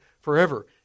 forever